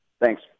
Thanks